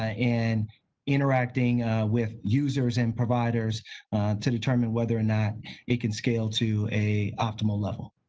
ah and interacting with users and providers to determine whether or not it can scale to a optimal level.